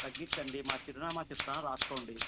తగ్గించండి మా చిరునామా చెప్తాను రాసుకోండి